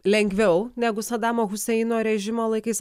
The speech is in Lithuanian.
lengviau negu sadamo huseino režimo laikais